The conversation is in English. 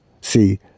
See